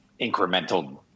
incremental